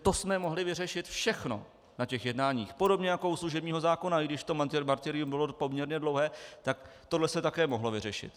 To jsem mohli vyřešit všechno na těch jednáních podobně jako u služebního zákona, i když to martyrium bylo poměrně dlouhé, tak tohle se také mohlo vyřešit.